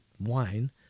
wine